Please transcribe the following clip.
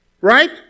right